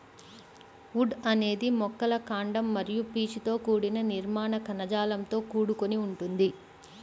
would అనేది మొక్కల కాండం మరియు పీచుతో కూడిన నిర్మాణ కణజాలంతో కూడుకొని ఉంటుంది